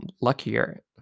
luckier